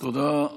תודה.